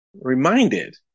reminded